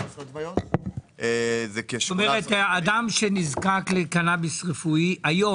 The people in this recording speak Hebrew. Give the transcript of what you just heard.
-- כלומר אדם שנזקק לקנאביס רפואי היום,